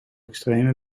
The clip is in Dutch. extreme